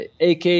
AK